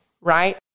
right